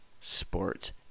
sports